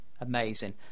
amazing